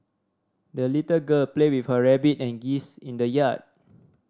the little girl played with her rabbit and geese in the yard